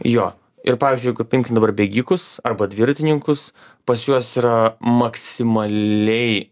jo ir pavyzdžiui paimkim dabar bėgikus arba dviratininkus pas juos yra maksimaliai